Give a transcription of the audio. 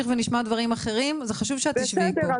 חשוב שתשבי פה.